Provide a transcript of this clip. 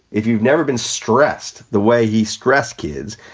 if you've never been stressed the way he stressed kids,